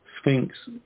Sphinx